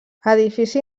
edifici